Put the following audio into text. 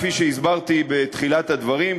כפי שהסברתי בתחילת הדברים,